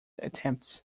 attempts